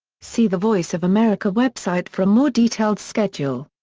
see the voice of america website for a more detailed schedule.